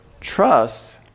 trust